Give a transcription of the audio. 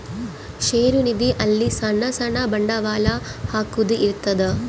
ಷೇರು ನಿಧಿ ಅಲ್ಲಿ ಸಣ್ ಸಣ್ ಬಂಡವಾಳ ಹಾಕೊದ್ ಇರ್ತದ